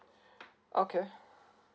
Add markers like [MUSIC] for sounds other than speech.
[BREATH] okay